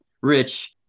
Rich